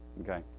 okay